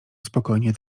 spokojnie